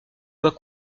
doit